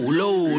low